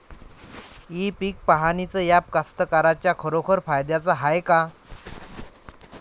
इ पीक पहानीचं ॲप कास्तकाराइच्या खरोखर फायद्याचं हाये का?